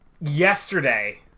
Yesterday